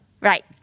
Right